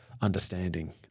understanding